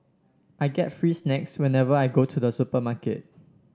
I get free snacks whenever I go to the supermarket